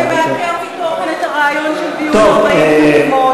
זה מעקר מתוכן את הרעיון של דיון 40 חתימות.